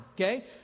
Okay